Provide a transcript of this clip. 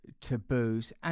taboos